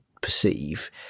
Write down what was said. Perceive